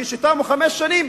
כשתמו חמש שנים,